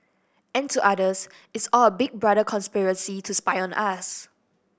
and to others it's all a Big Brother conspiracy to spy on us